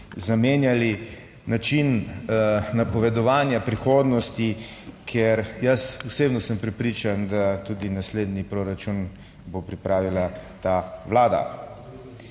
zamenjali način napovedovanja prihodnosti, ker jaz osebno sem prepričan, da tudi naslednji proračun bo pripravila ta Vlada.